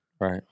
Right